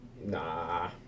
Nah